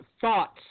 thoughts